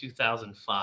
2005